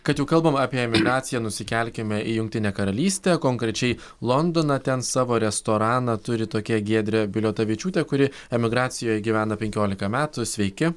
kad jau kalbam apie emigraciją nusikelkime į jungtinę karalystę konkrečiai londoną ten savo restoraną turi tokia giedrė biliotavičiūtė kuri emigracijoj gyvena penkiolika metų sveiki